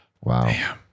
Wow